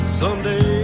Someday